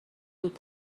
بود